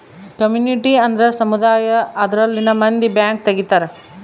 community ಅಂದ್ರ ಸಮುದಾಯ ಅದರಲ್ಲಿನ ಮಂದಿ ಬ್ಯಾಂಕ್ ತಗಿತಾರೆ